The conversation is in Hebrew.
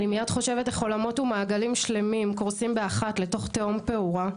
אני מיד חושבת איך עולמות ומעגלים שלמים קורסים באחת לתוך תיהום פעורה,